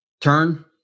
Turn